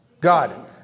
God